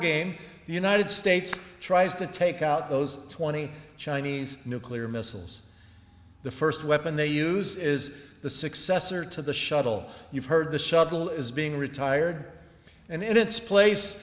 wargame the united states tries to take out those twenty chinese nuclear missiles the first weapon they use is the successor to the shuttle you've heard the shuttle is being retired and in its place